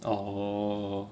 orh